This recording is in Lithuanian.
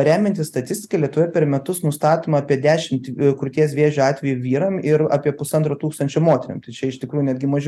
remiantis statistika lietuvoj per metus nustatoma apie dešimt krūties vėžio atvejų vyram ir apie pusantro tūkstančio moterim tai čia iš tikrųjų netgi mažiau